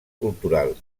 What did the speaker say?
cultural